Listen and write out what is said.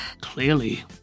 clearly